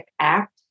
act